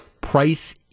price